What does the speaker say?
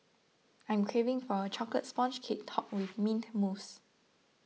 I am craving for a Chocolate Sponge Cake Topped with Mint Mousse